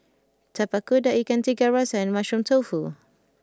Tapak Kuda Ikan Tiga Rasa and Mushroom Tofu